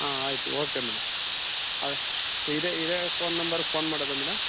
ಹಾಂ ಆಯಿತು okay madam ಇದೇ ಇದೇ ಫೋನ್ ನಂಬರ್ಗೆ ಫೋನ್ ಮಾಡೋದಾ ಮೇಡಮ್